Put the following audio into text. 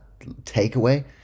takeaway